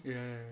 ya ya ya